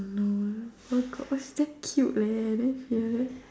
no eh oh my god is so damn cute leh